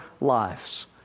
lives